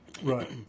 Right